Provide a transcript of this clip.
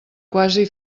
quasi